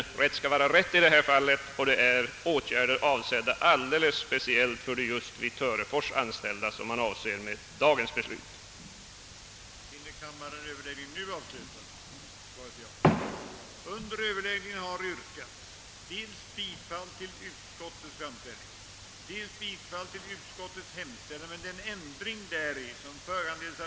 Men rätt skall vara rätt i detta fall: det är åtgärder avsedda alldeles speciellt för de vid Törefors AB anställda som dagens beslut gäller.